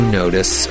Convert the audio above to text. notice